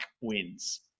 wins